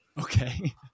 Okay